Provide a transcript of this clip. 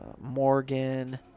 Morgan